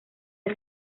las